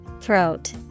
Throat